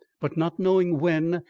but not knowing when,